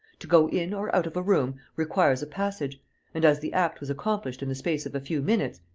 to go in or out of a room requires a passage and, as the act was accomplished in the space of a few minutes,